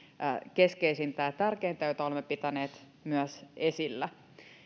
keskeisintä ja tärkeintä joita olemme pitäneet myös esillä